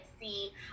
see